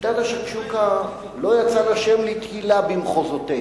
שיטת השקשוקה, לא יצא לה שם לתהילה במחוזותינו.